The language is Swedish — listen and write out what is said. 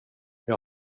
jag